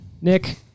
Nick